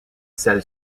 celle